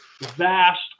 vast